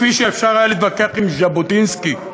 כפי שאפשר היה להתווכח עם ז'בוטינסקי,